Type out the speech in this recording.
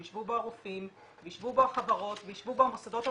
שיישבו בו הרופאים ויישבו בו החברות ויישבו בו המוסדות הרפואיים,